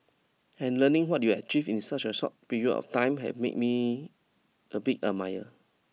and learning what you have achieved in such a short period of time had made me a big admirer